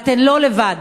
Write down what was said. ואתן לא לבד.